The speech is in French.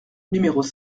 numéros